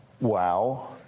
Wow